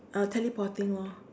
uh teleporting loh